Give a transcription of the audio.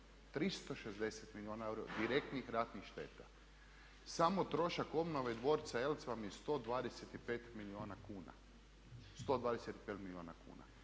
360 milijuna eura direktnih ratnih šteta. Samo trošak obnove dvorca Eltz vam je 125 milijuna kuna. I to je jedan